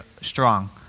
strong